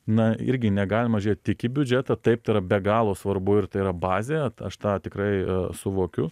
na irgi negalima žiūrėt tik į biudžetą taip tai yra be galo svarbu ir tai yra bazė aš tą tikrai suvokiu